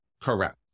Correct